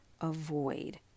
avoid